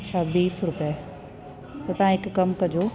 अच्छा बीस रुपे त तव्हां हिकु कमु कजो